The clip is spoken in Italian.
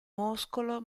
muscolo